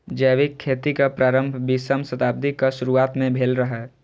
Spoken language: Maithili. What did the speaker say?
जैविक खेतीक प्रारंभ बीसम शताब्दीक शुरुआत मे भेल रहै